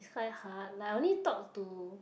quite hard like I only talk to